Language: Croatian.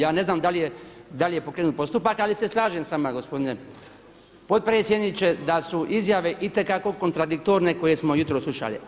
Ja ne znam da li je pokrenut postupak, ali se slažem sa vama gospodine potpredsjedniče da su izjave itekako kontradiktorne koje smo jutros slušali.